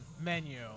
menu